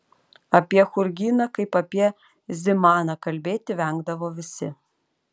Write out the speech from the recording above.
apie churginą kaip apie zimaną kalbėti vengdavo visi